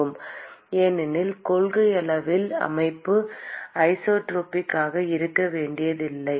மாணவர் ஏனெனில் கொள்கையளவில் அமைப்பு ஐசோட்ரோபிக் ஆக இருக்க வேண்டியதில்லை இல்லையா